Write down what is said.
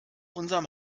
unserem